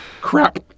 crap